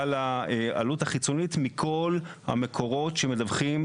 העלות החיצונית מכל המקורות שמדווחים